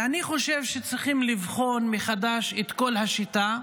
ואני חושב שצריכים לבחון מחדש את כל השיטה,